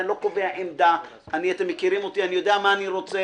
הצרכן לא זוכה למחיר שהוא אמור